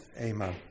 Amen